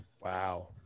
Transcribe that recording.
wow